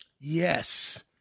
Yes